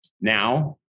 now